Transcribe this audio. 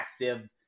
massive